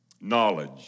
Knowledge